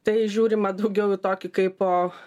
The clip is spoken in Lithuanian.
tai žiūrima daugiau į tokį kaipo